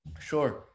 Sure